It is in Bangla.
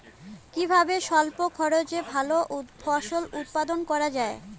কিভাবে স্বল্প খরচে ভালো ফল উৎপাদন করা যায়?